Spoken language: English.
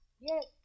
Yes